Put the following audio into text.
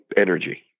energy